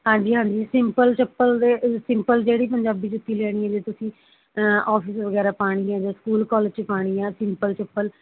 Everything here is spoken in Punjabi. ਹਾਂਜੀ ਹਾਂਜੀ ਸਿੰਪਲ ਚੱਪਲ ਦੇ ਸਿੰਪਲ ਜਿਹੜੀ ਪੰਜਾਬੀ ਜੁੱਤੀ ਲੈਣੀ ਜੇ ਤੁਸੀਂ ਆਫਿਸ ਵਗੈਰਾ ਪਾਉਣ ਦੀਆਂ ਜਾਂ ਸਕੂਲ ਕਾਲਜ 'ਚ ਪਾਉਣੀ ਆ ਸਿੰਪਲ ਚੱਪਲ